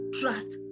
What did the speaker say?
trust